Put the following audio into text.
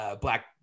black